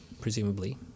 presumably